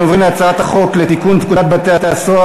אנחנו עוברים להצעת חוק לתיקון פקודת בתי-הסוהר